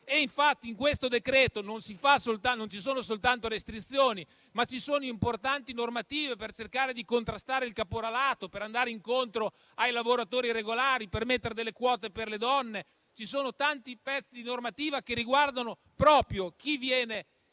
decreto al nostro esame non ci sono soltanto restrizioni, ma ci sono importanti normative per cercare di contrastare il caporalato, per andare incontro ai lavoratori regolari e per mettere delle quote per le donne. Ci sono tanti pezzi di normativa che riguardano proprio chi viene